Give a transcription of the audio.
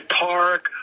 Park